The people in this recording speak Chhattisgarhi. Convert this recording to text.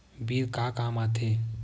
बिल का काम आ थे?